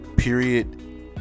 period